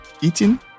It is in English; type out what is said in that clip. eating